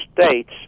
states